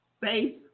faith